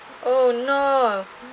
oh no